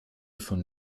von